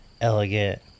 elegant